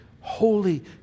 Holy